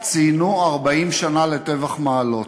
ציינו 40 שנה לטבח מעלות.